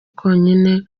konyine